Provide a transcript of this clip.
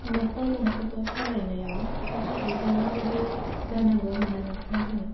नखर गंसेखौ सालायनायाव सासे आयजोआ माबादि जानांगौ होन्ना नोंथाङा सानो